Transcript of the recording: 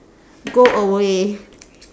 go away